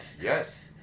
Yes